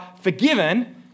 forgiven